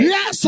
Yes